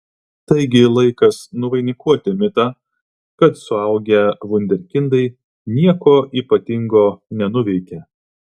taigi laikas nuvainikuoti mitą kad suaugę vunderkindai nieko ypatingo nenuveikia